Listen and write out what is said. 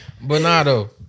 Bernardo